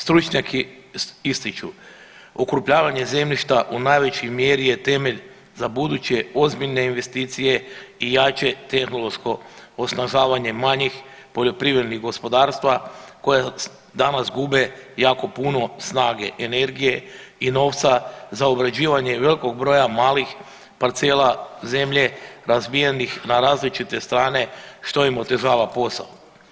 Stručnjaki ističu okrupnjavanje zemljišta u najvećoj mjeri je temelj za buduće ozbiljne investicije i jače tehnološko osnažavanje manjih poljoprivrednih gospodarstva koja danas gube jako puno snage, energije i novca za obrađivanje velkog broja malih parcela zemlje razbijenih na različite strane što im otežava posao.